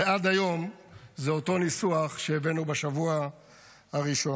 ועד היום זה אותו ניסוח שהבאנו בשבוע הראשון.